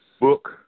book